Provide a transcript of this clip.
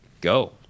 go